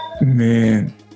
Man